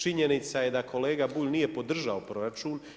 Činjenica je da kolega Bulj nije podržao proračun.